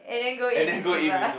and then go eat Mitsuba